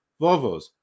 Volvos